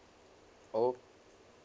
oh